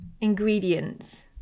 ingredients